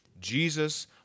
Jesus